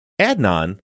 Adnan